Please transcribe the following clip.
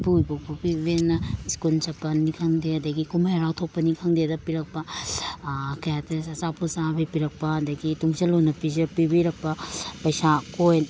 ꯏꯄꯨ ꯏꯕꯣꯛ ꯄꯣꯛꯄꯤ ꯏꯕꯦꯟꯅ ꯁ꯭ꯀꯨꯜ ꯆꯠꯄꯅꯤ ꯈꯪꯗꯦ ꯑꯗꯒꯤ ꯀꯨꯝꯍꯩ ꯍꯔꯥꯎ ꯊꯣꯛꯄꯅꯤ ꯈꯪꯗꯦ ꯑꯗ ꯄꯤꯔꯛꯄ ꯀꯩ ꯍꯥꯏꯇꯔꯦ ꯑꯆꯥꯄꯣꯠ ꯆꯥꯕꯩ ꯄꯤꯔꯛꯄ ꯑꯗꯒꯤ ꯇꯨꯡꯖꯜꯂꯣꯅ ꯄꯤꯕꯤꯔꯛꯄ ꯄꯩꯁꯥ ꯀꯣꯏꯟ